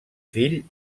fill